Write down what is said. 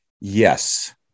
Yes